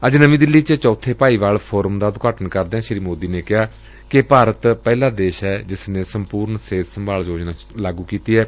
ਅੱਜ ਨਵੀ ਦਿੱਲੀ ਚ ਚੌਬੇ ਭਾਈਵਾਲ ਫੋਰਮ ਦਾ ਉਦਘਾਟਨ ਕਰਦਿਆ ਸ੍ਰੀ ਮੋਦੀ ਨੇ ਕਿਹਾ ਕਿ ਭਾਰਤ ਪਹਿਲਾ ਦੇਸ਼ ਏ ਜਿਸ ਨੇ ਸੰਪੁਰਨ ਸਿਹਤ ਸੰਭਾਲ ਯੋਜਨਾ ਲਾਗੁ ਕੀਤੀ ਏ